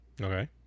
Okay